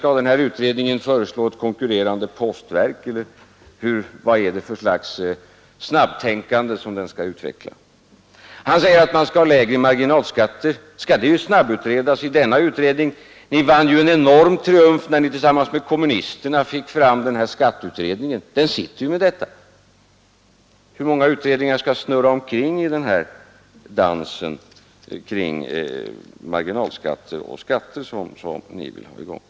Skall den här utredningen föreslå ett konkurrerande postverk? Eller vad är det för slags snabbtänkande som den skall utveckla? Herr Burenstam Linder säger att man skall ha lägre marginalskatter. Skall det snabbutredas av denna utredning? Det var ju en enorm triumf för er när ni tillsammans med kommunisterna fick fram skatteutredningen. Den sitter med detta spörsmål. Hur många utredningar skall snurra omkring i dansen kring marginalskatter och skatter som ni vill ha i gång?